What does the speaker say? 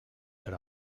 ser